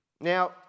Now